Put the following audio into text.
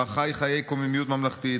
בה חי חיי קוממיות ממלכתית,